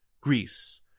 Greece